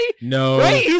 no